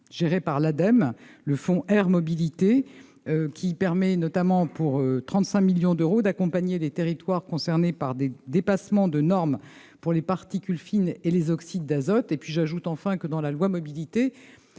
géré par l'ADEME, le fonds air-mobilité qui permet, notamment, pour 35 millions d'euros d'accompagner des territoires concernés par des dépassements de normes pour les particules fines et les oxydes d'azote et puis j'ajoute enfin que dans la loi mobilité,